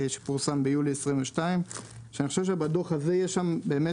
שפורסם ביולי 2022. אני חושב שבדו"ח הזה באמת